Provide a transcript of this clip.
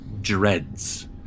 dreads